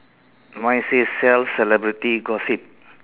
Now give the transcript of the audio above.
mine says sell celebrity gossip